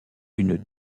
une